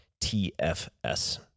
TFS